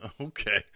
Okay